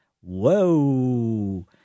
Whoa